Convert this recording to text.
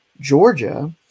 Georgia